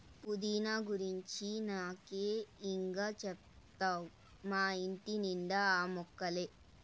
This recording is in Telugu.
పుదీనా గురించి నాకే ఇం గా చెప్తావ్ మా ఇంటి నిండా ఆ మొక్కలే